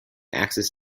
access